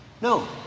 No